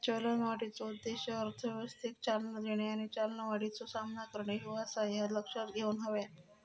चलनवाढीचो उद्देश अर्थव्यवस्थेक चालना देणे आणि चलनवाढीचो सामना करणे ह्यो आसा, ह्या लक्षात घेऊक हव्या